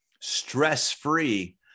stress-free